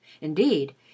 Indeed